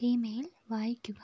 email വായിക്കുക